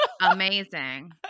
Amazing